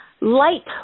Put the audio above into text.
Light